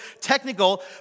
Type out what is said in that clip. technical